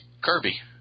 Kirby